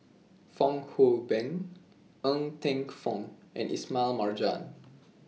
Fong Hoe Beng Ng Teng Fong and Ismail Marjan